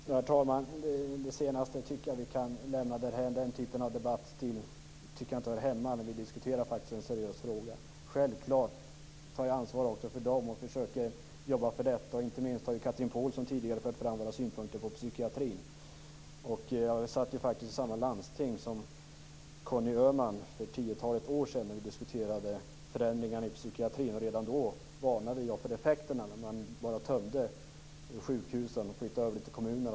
Herr talman! Det senaste som sades tycker jag att vi kan lämna därhän. Den typen av debattstil tycker jag inte hör hemma när vi diskuterar en seriös fråga. Självklart tar jag också ansvar för dessa människor och försöker arbeta för dem. Inte minst har Chatrine Pålsson tidigare fört fram några synpunkter på psykiatrin. Jag satt faktiskt i samma landsting som Conny Öhman för ett tiotal år sedan då vi diskuterade förändringar inom psykiatrin. Redan då varnade jag för effekterna av att man bara tömde sjukhusen och flyttade över detta till kommunerna.